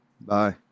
Bye